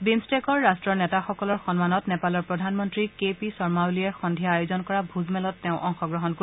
বিমট্টেকৰ ৰাট্টৰ নেতাসকলৰ সন্মানত নেপালৰ প্ৰধানমন্ত্ৰী কে পি শৰ্মা অলিয়ে সন্ধিয়া আয়োজন কৰা ভোজমেলত তেওঁ অংশগ্ৰহণ কৰিব